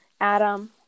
Adam